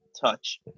touch